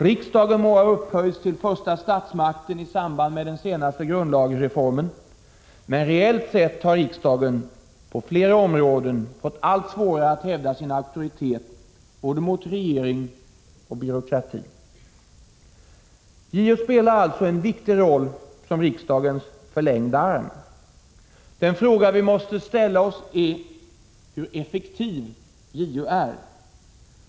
Riksdagen må ha upphöjts till första statsmakt i samband med den senaste grundlagsreformen, men reellt sett har riksdagen på flera områden fått allt svårare att hävda sin auktoritet både mot regering och mot byråkrati. JO spelar en viktig roll som riksdagens förlängda arm. Den fråga vi måste ställa oss är hur effektiv JO är.